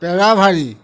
Perabhari